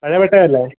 പഴയ പട്ടയം അല്ലേ